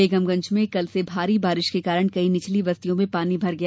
बेगमगंज में कल से भारी बारिश के कारण कई निचली बस्तियों में पानी भर गया